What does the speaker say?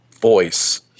voice